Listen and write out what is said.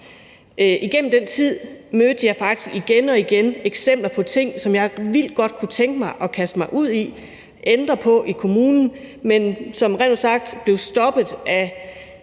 Igennem den tid mødte jeg faktisk igen og igen eksempler på ting,, som jeg vildt godt kunne tænke mig at kaste mig ud i at ændre i kommunen, men som rent ud sagt blev stoppet af